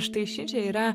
štai šičia yra